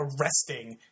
arresting